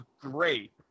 great